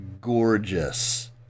gorgeous